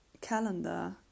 calendar